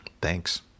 Thanks